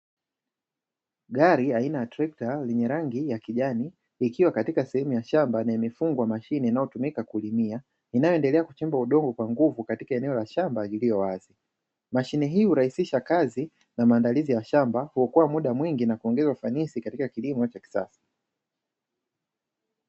Gari aina ya trekta lenye rangi ya kijani, likiwa katika sehemu ya shamba na imefungwa mashine inayotumika kulimia, inayoendelea kuchimba udongo kwa nguvu katika eneo la shamba lililo wazi. Mashine hii hurahisisha kazi na maandalizi ya shamba, huokoa muda mwingi na kuongeza ufanisi katika kilimo cha kisasa.